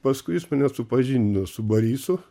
paskui jis mane supažindino su barysu